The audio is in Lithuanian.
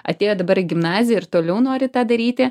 atėjo dabar į gimnaziją ir toliau nori tą daryti